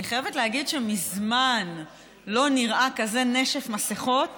אני חייבת להגיד שמזמן לא נראה כזה נשף מסיכות